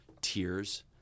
tears